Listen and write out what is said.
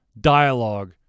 dialogue